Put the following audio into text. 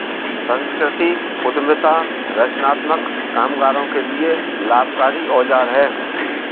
संस्कृति उद्यमिता रचनात्मक कामगारों के लिए लाभकारी औजार है